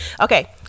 Okay